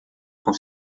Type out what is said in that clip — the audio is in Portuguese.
com